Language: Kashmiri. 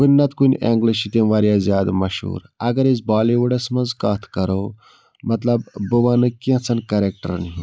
کُنہِ نَتہٕ کُنہِ اینٛگلہٕ چھِ تِم واریاہ زیادٕ مشہوٗر اگر أسۍ بالی وُڈَس منٛز کَتھ کَرو مطلب بہٕ وَنہٕ کینٛژن کریکٹرَن ہُنٛد